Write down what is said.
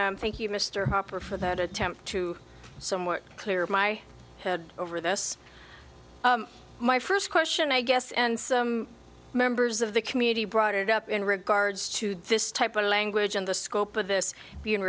you mr hopper for that attempt to somewhat clear my head over this my first question i guess and some members of the community brought it up in regards to this type of language and the scope of this being